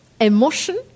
emotion